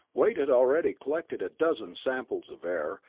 wade had already collected a dozen samples of air,